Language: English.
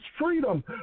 freedom